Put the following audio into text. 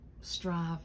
strive